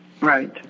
Right